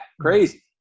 crazy